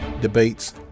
debates